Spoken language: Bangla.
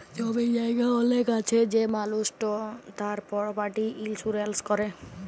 জমি জায়গা অলেক আছে সে মালুসট তার পরপার্টি ইলসুরেলস ক্যরে